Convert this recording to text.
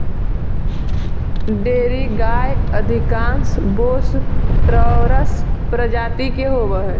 dairy गाय अधिकांश Bos taurus प्रजाति के होवऽ हइ